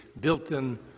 built-in